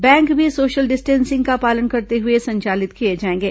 bank भी social distancing का पालन करते हुए संचालित किए जाएंगे